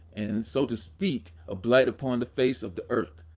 and, so to speak, a blight upon the face of the earth.